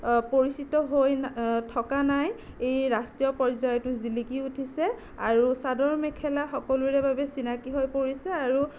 পৰিচিত হৈ না থকা নাই ই ৰাষ্ট্ৰীয় পৰ্যায়তো জিলিকি উঠিছে আৰু চাদৰ মেখেলা সকলোৰে বাবে চিনাকী হৈ পৰিছে আৰু